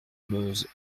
meuse